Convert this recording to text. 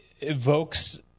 evokes